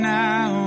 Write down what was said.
now